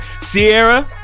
Sierra-